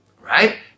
right